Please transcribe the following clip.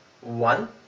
One